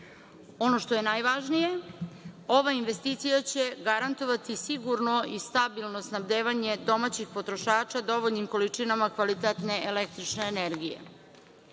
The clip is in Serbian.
Ono što je najvažnije ova investicija će garantovati sigurno i stabilno snabdevanje domaćih potrošača dovoljnim količinama kvalitetne električne energije. Kada